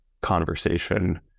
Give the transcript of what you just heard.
conversation